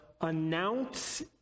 announce